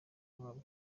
wabo